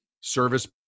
service